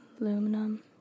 aluminum